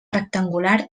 rectangular